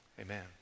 Amen